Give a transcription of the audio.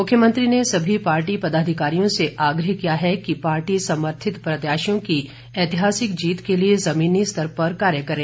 मुख्यमंत्री ने सभी पार्टी पदाधिकारियों से आग्रह किया है कि पार्टी समर्थित प्रत्याशियों की ऐतिहासिक जीत के लिए जमीनी स्तर पर कार्य करें